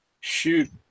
shoot